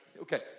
Okay